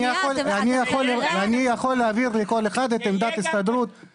שנייה -- אני יכול להעביר לכל אחד את עמדת ההסתדרות לנושא של החוק.